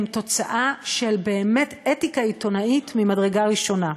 הם באמת תוצאה של אתיקה עיתונאית ממדרגה ראשונה.